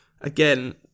again